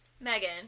Megan